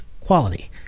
quality